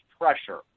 pressure